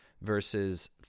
verses